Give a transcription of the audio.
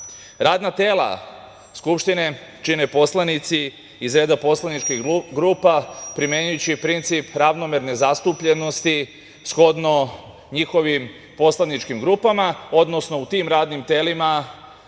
Radna tela Skupštine čine poslanici iz reda poslaničkih grupa, primenjujući princip ravnomerne zastupljenosti, shodno njihovim poslaničkim grupama, odnosno u tim radnim telima